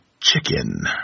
chicken